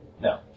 No